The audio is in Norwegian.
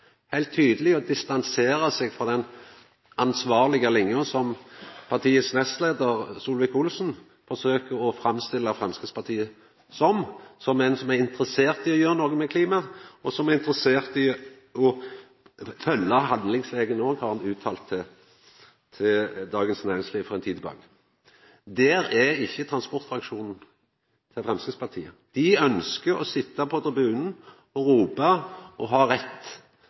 heilt tydeleg å distansera seg frå den ansvarlege linja som partiets nestleiar Solvik-Olsen forsøker å framstilla det som om Framstegspartiet har – som eit parti som er interessert i å gjera noko med klima, og som òg er interessert i å følgja handlingsregelen, som han uttalte til Dagens Næringsliv for ei tid sidan. Der er ikkje transportfraksjonen til Framstegspartiet. Dei ønskjer å sitja på tribunen og ropa og ha rett,